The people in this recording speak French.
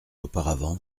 auparavant